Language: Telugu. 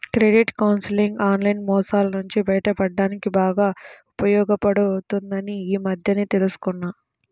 క్రెడిట్ కౌన్సిలింగ్ ఆన్లైన్ మోసాల నుంచి బయటపడడానికి బాగా ఉపయోగపడుతుందని ఈ మధ్యనే తెల్సుకున్నా